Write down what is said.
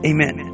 Amen